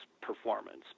performance